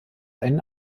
einen